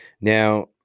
Now